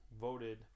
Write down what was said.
voted